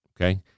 okay